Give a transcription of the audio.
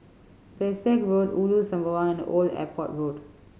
Pesek Road Ulu Sembawang and Old Airport Road